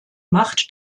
macht